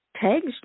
tags